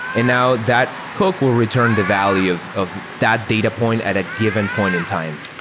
and now that hook will return the value of of that data point at a given point in time.